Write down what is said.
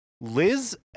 Liz